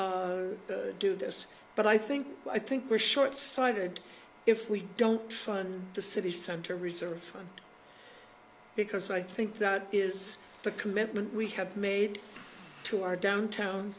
do this but i think i think we're short sighted if we don't fund the city center research because i think that is the commitment we have made to our downtown